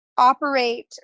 Operate